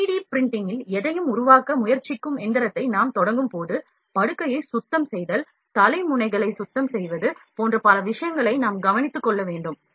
3 D பிரிண்டிங்கில் எதையும் உருவாக்க முயற்சிக்கும் எந்திரத்தை நாம் தொடங்கும்போது படுக்கையை சுத்தம் செய்தல் தலை முனைகளை சுத்தம் செய்வது போன்ற பல விஷயங்களை நாம் கவனித்துக் கொள்ள வேண்டும்